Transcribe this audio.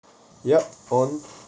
yup on